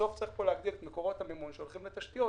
בסוף צריך פה להגדיל את מקורות המימון שהולכים לתשתיות.